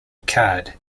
card